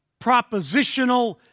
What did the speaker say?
propositional